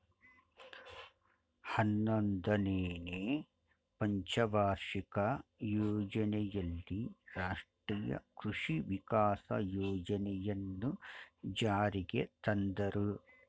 ಹನ್ನೊಂದನೆನೇ ಪಂಚವಾರ್ಷಿಕ ಯೋಜನೆಯಲ್ಲಿ ರಾಷ್ಟ್ರೀಯ ಕೃಷಿ ವಿಕಾಸ ಯೋಜನೆಯನ್ನು ಜಾರಿಗೆ ತಂದರು